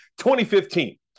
2015